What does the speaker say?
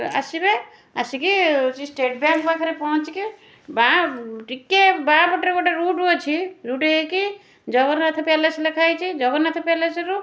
ଆସିବେ ଆସିକି state bank ପାଖରେ ପହଁଚିକି ବାଆଁ ଟିକିଏ ବାଆଁ ପଟରେ ଗୋଟେ ରୁଟ୍ ଅଛି ରୁଟ୍ ଦେଇକି ଜଗନ୍ନାଥ ପ୍ୟାଲେସ୍ ଲେଖା ହେଇଛି ଜଗନ୍ନାଥ ପ୍ୟାଲେସରୁ